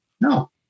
No